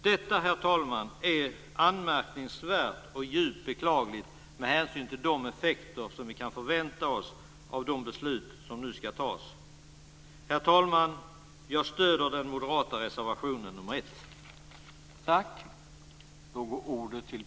Detta, herr talman, är anmärkningsvärt och djupt beklagligt med hänsyn till de effekter som vi kan vänta oss när det gäller det beslut som nu skall tas. Herr talman! Jag stöder reservation nr 1 från moderaterna.